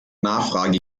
nachfrage